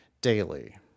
daily